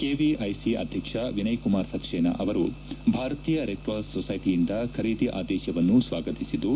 KVIC ಅಧ್ಯಕ್ಷ ವಿನಯ್ ಕುಮಾರ್ ಸಕ್ಲೇನಾ ಅವರು ಭಾರತೀಯ ರೆಡ್ ಕ್ರಾಸ್ ಸೊಸೈಟಿಯಿಂದ ಖರೀದಿ ಆದೇಶವನ್ನು ಸ್ವಾಗತಿಸಿದ್ದು